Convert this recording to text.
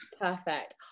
Perfect